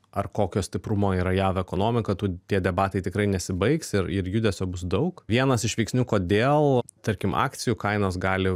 ar kokio stiprumo yra jav ekonomika tu tie debatai tikrai nesibaigs ir ir judesio bus daug vienas iš veiksnių kodėl tarkim akcijų kainos gali